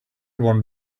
one